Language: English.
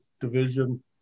Division